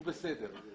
הוא בסדר.